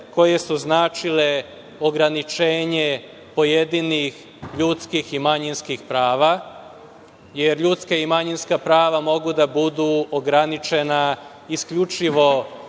koje su značile organičenje pojedinih ljudskih i manjinskih prava, jer ljudska i manjinska prava mogu da budu ograničena isključivo